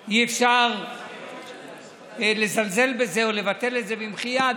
אי-אפשר לזלזל בזה או לבטל את זה במחי יד,